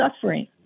suffering